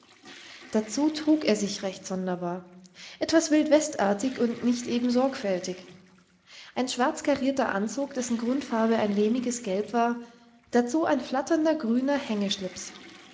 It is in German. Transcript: dazu trug er sich recht sonderbar etwas wildwestartig und nicht eben sorgfältig ein schwarz karrierter anzug dessen grundfarbe ein lehmiges gelb war dazu ein flatternder grüner hängeschlips